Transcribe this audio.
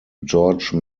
george